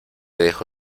dejo